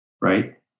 right